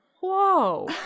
Whoa